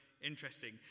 interesting